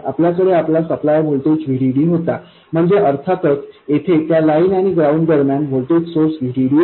आपल्याकडे आपला supply voltage VDD होता म्हणजे अर्थातच येथे त्या लाइन आणि ग्राउंड दरम्यान व्होल्टेज सोर्स VDD आहे